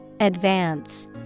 Advance